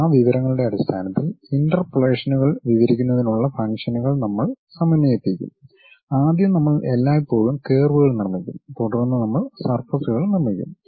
ആ വിവരങ്ങളുടെ അടിസ്ഥാനത്തിൽ ഇന്റർപോളേഷനുകൾ വിവരിക്കുന്നതിനുള്ള ഫംഗ്ഷനുകൾ നമ്മൾ സമന്വയിപ്പിക്കും ആദ്യം നമ്മൾ എല്ലായ്പ്പോഴും കർവ്കൾ നിർമ്മിക്കും തുടർന്ന് നമ്മൾ സർഫസ്കൾ നിർമിക്കും